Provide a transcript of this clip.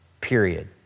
period